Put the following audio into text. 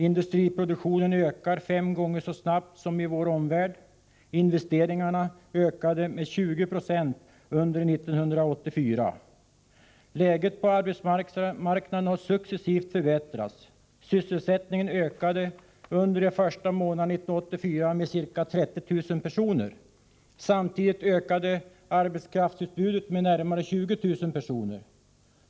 Industriproduktionen ökar fem gånger så snabbt som i vår omvärld. Investeringarna ökade med 20 96 under 1984. Läget på arbetsmarknaden har successivt förbättrats. Sysselsättningen ökade under de tio första månaderna 1984 med ca 30 000 personer. Samtidigt ökade arbetskraftsutbudet med närmare 20 000 personer.